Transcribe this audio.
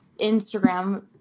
Instagram